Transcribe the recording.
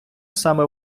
саме